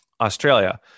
Australia